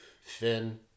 Finn